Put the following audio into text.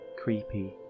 creepy